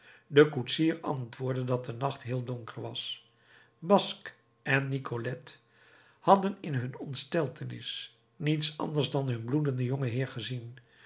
de koetsier antwoordde dat de nacht heel donker was basque en nicolette hadden in hun ontsteltenis niets anders dan hun bloedenden jongenheer gezien